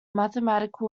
mathematical